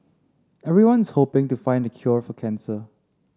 everyone's hoping to find the cure for cancer